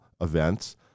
events